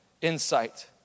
insight